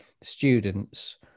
students